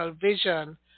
vision